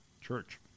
church